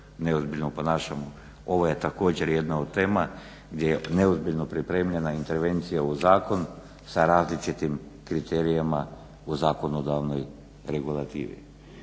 neozbiljno ponašamo, ovo je također jedna od tema gdje je neozbiljno pripremljena intervencija u zakonu sa različitim kriterijima u zakonodavnoj regulativi.